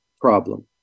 problem